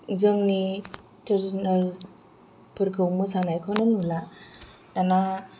जोंनि ट्रेडिसिनेल फोरखौ मोसानायखौनो नुला दाना